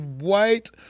white